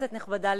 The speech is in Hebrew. כנסת נכבדה,